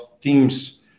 teams